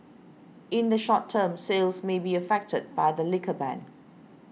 in the short term sales may be affected by the liquor ban